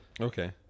Okay